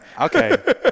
Okay